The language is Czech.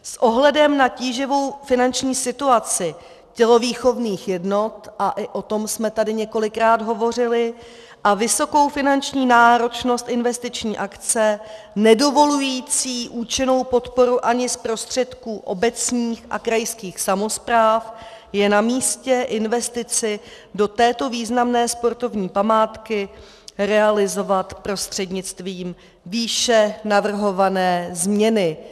S ohledem na tíživou finanční situaci tělovýchovných jednot a i o tom jsme tady několikrát hovořili a vysokou finanční náročnost investiční akce nedovolující účinnou podporu ani z prostředků obecních a krajských samospráv je namístě investici do této významné sportovní památky realizovat prostřednictvím výše navrhované změny.